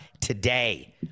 today